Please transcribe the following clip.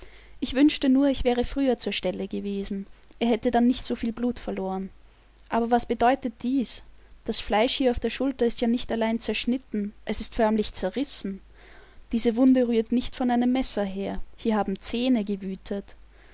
ich wünschte nur ich wäre früher zur stelle gewesen er hätte dann nicht soviel blut verloren aber was bedeutet dies das fleisch hier auf der schulter ist ja nicht allein zerschnitten es ist förmlich zerrissen diese wunde rührt nicht von einem messer her hier haben zähne gewütet